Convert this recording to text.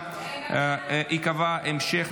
כן, אני אדגיש את זה לפרוטוקול.